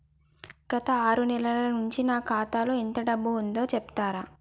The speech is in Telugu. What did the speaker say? గత ఆరు నెలల నుంచి నా ఖాతా లో ఎంత డబ్బు ఉందో చెప్తరా?